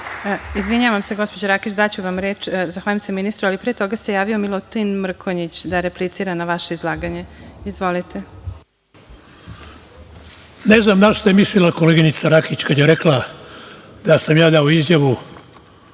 Izvinjavam se gospođo Rakić daću vam reč. Zahvaljujem se ministru. Ali, pre toga se javio Milutin Mrkonjić da replicira na vaše izlaganje. Izvolite. **Milutin Mrkonjić** Ne zna na šta je mislila koleginica Rakić, kada je rekla da sam ja dao izjavu